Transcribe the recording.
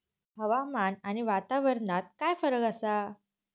हवामान आणि वातावरणात काय फरक असा?